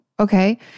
Okay